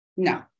No